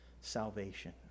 salvation